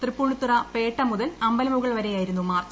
തൃപ്പൂണിത്തുറ പേട്ട മുതൽ അമ്പലമുകൾ വരെയായിരുന്നു മാർച്ച്